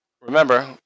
remember